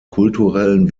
kulturellen